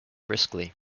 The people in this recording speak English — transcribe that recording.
briskly